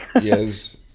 Yes